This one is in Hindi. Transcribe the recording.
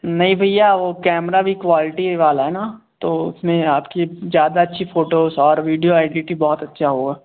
नहीं भैया वो कैमरा भी क्वालटी वाला ना तो उस में आपकी ज़्यादा अच्छी फ़ोटोस और वीडियो एडिटिंग बहुत अच्छा होगा